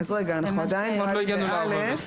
עוד לא הגענו אליו.